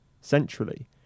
centrally